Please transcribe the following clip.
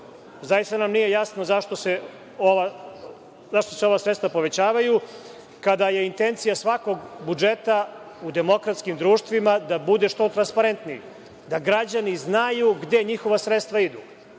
nam nije jasno zašto se ova sredstva povećavaju, kada je intencija svakog budžeta u demokratskim društvima da bude što transparentniji, da građani znaju gde njihova sredstva idu.